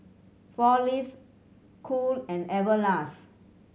Four Leaves Cool and Everlast